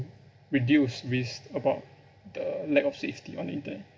reduce risk about the lack of safety on the in~